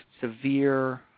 severe